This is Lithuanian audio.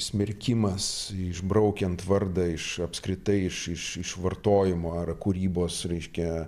smerkimas išbraukiant vardą iš apskritai iš iš iš vartojimo ar kūrybos reiškia